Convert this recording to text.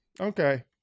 okay